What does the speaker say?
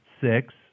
six